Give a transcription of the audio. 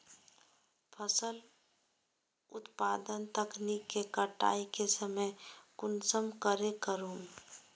फसल उत्पादन तकनीक के कटाई के समय कुंसम करे करूम?